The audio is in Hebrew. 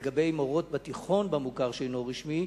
לגבי מורות בתיכון במוכר שאינו רשמי,